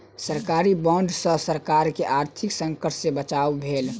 सरकारी बांड सॅ सरकार के आर्थिक संकट सॅ बचाव भेल